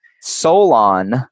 Solon